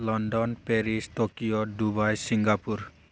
London Paris Tokyo Dubai Singapore